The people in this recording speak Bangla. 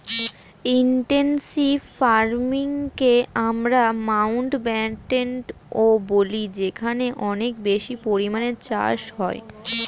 ইনটেনসিভ ফার্মিংকে আমরা মাউন্টব্যাটেনও বলি যেখানে অনেক বেশি পরিমাণে চাষ হয়